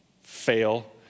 fail